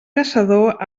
caçador